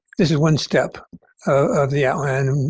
this is one step of the outline.